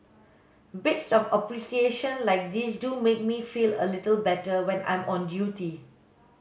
bits of appreciation like these do make me feel a little better when I'm on duty